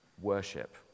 Worship